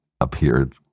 appeared